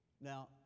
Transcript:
Now